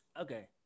Okay